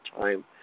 time